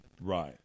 Right